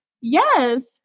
Yes